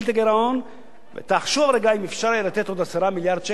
תחשוב רגע: אם היה אפשר לתת עוד 10 מיליארד שקל לנושאים חברתיים,